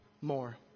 more